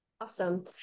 Awesome